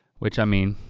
which i mean,